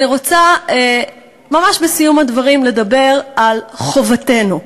אני רוצה ממש בסיום הדברים לדבר על חובתנו.